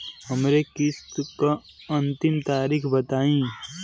हमरे किस्त क अंतिम तारीख बताईं?